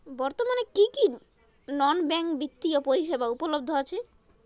বর্তমানে কী কী নন ব্যাঙ্ক বিত্তীয় পরিষেবা উপলব্ধ আছে?